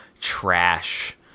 trash